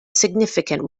significant